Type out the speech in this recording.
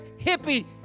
hippie